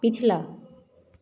पिछला